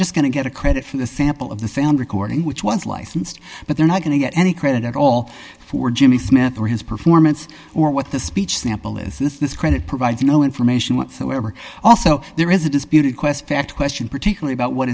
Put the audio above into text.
just going to get a credit for the sample of the sound recording which was licensed but they're not going to get any credit at all for jimmy smith or his performance or what the speech sample listeners credit provides no information whatsoever also there is a disputed quest fact question particularly about what